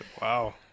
Wow